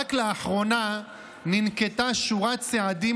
רק לאחרונה ננקטה שורת צעדים